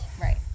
Right